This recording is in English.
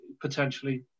potentially